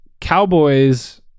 Cowboys